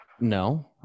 No